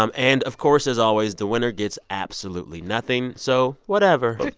um and, of course, as always, the winner gets absolutely nothing so whatever.